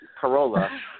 Corolla